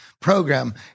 program